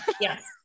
Yes